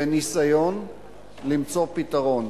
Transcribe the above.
בניסיון למצוא פתרון.